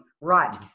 right